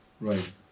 Right